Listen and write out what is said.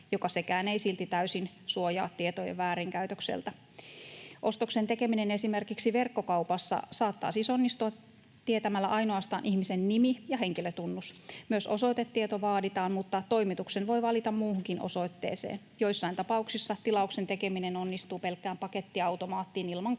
mikä sekään ei silti täysin suojaa tietojen väärinkäytökseltä. Ostoksen tekeminen esimerkiksi verkkokaupassa saattaa siis onnistua tietämällä ainoastaan ihmisen nimi ja henkilötunnus. Myös osoitetieto vaaditaan, mutta toimituksen voi valita muuhunkin osoitteeseen. Joissain tapauksissa tilauksen tekeminen onnistuu pelkkään pakettiautomaattiin ilman kotiosoitetta.